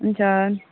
हुन्छ